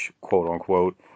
quote-unquote